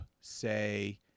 say